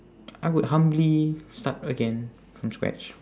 I would humbly start again from scratch